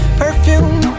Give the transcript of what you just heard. perfume